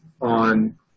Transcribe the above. on